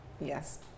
Yes